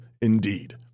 indeed